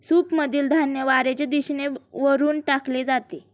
सूपमधील धान्य वाऱ्याच्या दिशेने वरून टाकले जाते